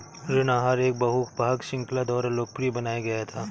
ऋण आहार एक बहु भाग श्रृंखला द्वारा लोकप्रिय बनाया गया था